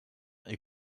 est